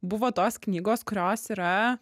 buvo tos knygos kurios yra